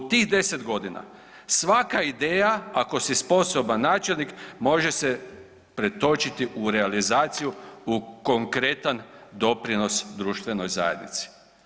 U tih 10 godina svaka ideja ako si sposoban načelnik može se pretočiti u realizaciju u konkretan doprinos društvenoj zajednici.